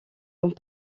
dans